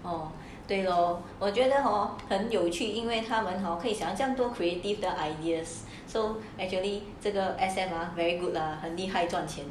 哦对咯我觉得 hor 很有趣因为他们 hor 可以想象多 creative the ideas so actually 这个 S_M are very good lah 很厉害赚钱